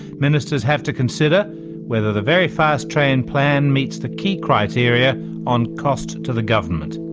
ministers have to consider whether the very fast train plan meets the key criteria on cost to the government.